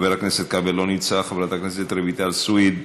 חבר הכנסת כבל, לא נמצא, חברת הכנסת רויטל סויד,